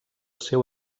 seu